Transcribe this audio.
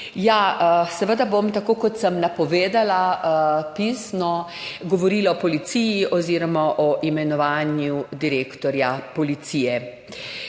Seveda bom, tako kot sem napovedala pisno, govorila o policiji oziroma o imenovanju direktorja policije.